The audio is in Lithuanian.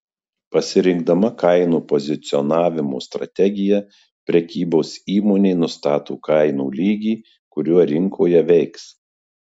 pasirinkdama kainų pozicionavimo strategiją prekybos įmonė nustato kainų lygį kuriuo rinkoje veiks